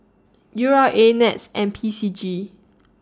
U R A Nets and P C G